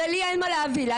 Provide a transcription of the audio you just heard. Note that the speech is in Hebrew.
לי אין מה להביא לה,